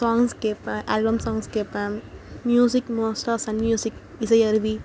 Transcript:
songs கேட்பேன் album songs கேட்பேன் music மோஸ்ட்டா சன்மியூசிக் இசையருவி